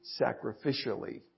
sacrificially